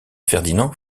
ferdinand